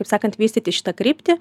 kaip sakant vystyti šitą kryptį